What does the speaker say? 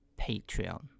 Patreon